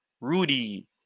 Rudy